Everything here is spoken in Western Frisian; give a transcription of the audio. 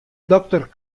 dokter